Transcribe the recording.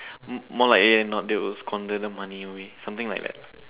m~ more likely than not they will squander the money away something like that